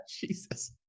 Jesus